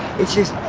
it's just,